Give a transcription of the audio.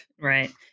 right